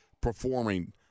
performing